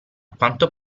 quanto